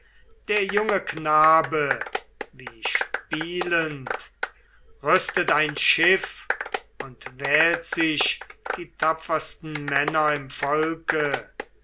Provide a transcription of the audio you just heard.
der junge knabe wie spielend rüstet ein schiff und wählt sich die tapfersten männer im volke